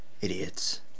Idiots